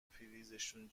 پریزشون